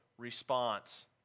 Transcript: response